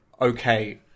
okay